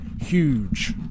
huge